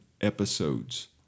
episodes